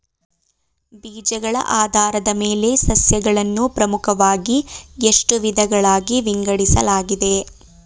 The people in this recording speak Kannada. ಬೀಜಗಳ ಆಧಾರದ ಮೇಲೆ ಸಸ್ಯಗಳನ್ನು ಪ್ರಮುಖವಾಗಿ ಎಷ್ಟು ವಿಧಗಳಾಗಿ ವಿಂಗಡಿಸಲಾಗಿದೆ?